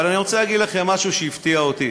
אבל אני רוצה להגיד לכם משהו שהפתיע אותי.